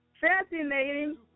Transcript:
fascinating